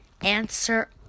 answer